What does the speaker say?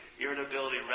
irritability